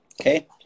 okay